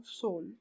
soul